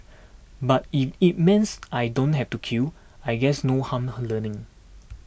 but if it means I don't have to queue I guess no harm her learning